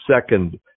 second